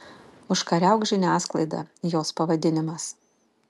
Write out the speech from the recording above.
užkariauk žiniasklaidą jos pavadinimas